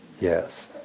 Yes